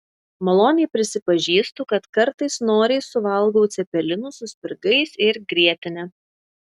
maloniai prisipažįstu kad kartais noriai suvalgau cepelinų su spirgais ir grietine